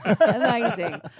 Amazing